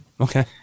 Okay